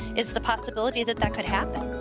is the possibility that that could happen.